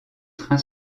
train